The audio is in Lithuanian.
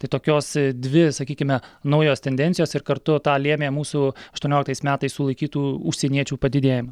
tai tokios dvi sakykime naujos tendencijos ir kartu tą lėmė mūsų aštuonioliktais metais sulaikytų užsieniečių padidėjimą